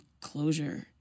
closure